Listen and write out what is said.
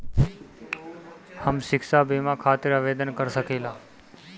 हम शिक्षा बीमा खातिर आवेदन कर सकिला?